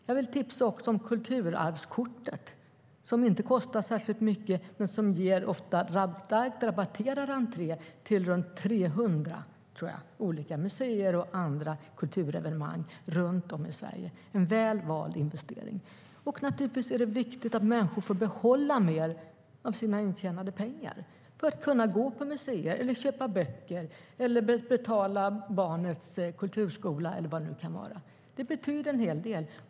Jag vill tipsa om Kulturarvskortet, som inte kostar särskilt mycket men som ger rabatterad entré till runt 300 olika museer och andra kulturevenemang runt om i Sverige. Det är en väl vald investering. Naturligtvis är det viktigt att människor får behålla mer av sina intjänade pengar för att kunna gå på museer, köpa böcker, betala barnets kulturskola eller vad det nu kan vara. Det betyder en hel del.